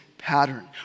Pattern